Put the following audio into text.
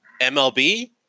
MLB